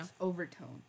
Overtones